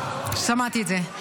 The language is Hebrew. שמעתי את זה.